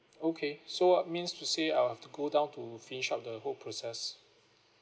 okay so means to say I'll have to go down to finish up the whole process